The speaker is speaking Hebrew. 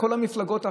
כל המפלגות האחרות,